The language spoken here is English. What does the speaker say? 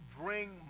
bring